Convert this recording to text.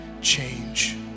change